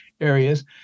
areas